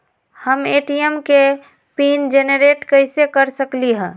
हम ए.टी.एम के pin generate कईसे कर सकली ह?